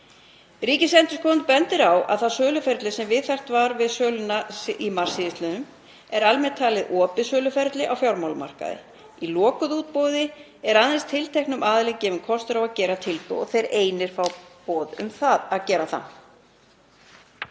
Ríkisendurskoðun bendir á að það söluferli sem viðhaft var við söluna 22. mars er almennt kallað opið söluferli á fjármálamarkaði. Í lokuðu útboði er aðeins tilteknum aðilum gefinn kostur á að gera tilboð og þeir einir fá boð um að gera það.